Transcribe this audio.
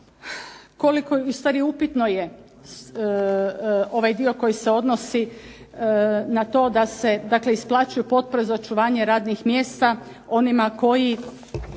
ustvari upitno je ovaj dio koji se odnosi na to da se isplaćuju potpore za očuvanje radnih mjesta onima koji